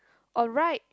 alright